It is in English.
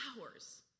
hours